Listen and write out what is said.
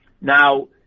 Now